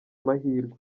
mahirwe